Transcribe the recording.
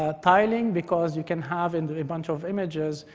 ah tiling, because you can have and a bunch of images,